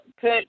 put